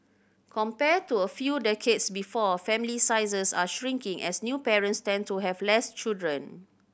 compared to a few decades before family sizes are shrinking as new parents tend to have less children